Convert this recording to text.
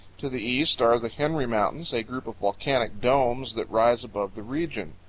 to the east are the henry mountains, a group of volcanic domes that rise above the region.